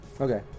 Okay